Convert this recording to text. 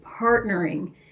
partnering